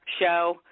show